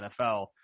NFL